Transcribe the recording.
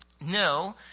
no